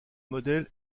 modèle